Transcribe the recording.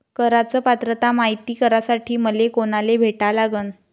कराच पात्रता मायती करासाठी मले कोनाले भेटा लागन?